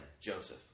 joseph